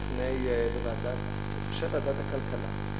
בוועדת הכלכלה,